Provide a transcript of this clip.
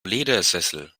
ledersessel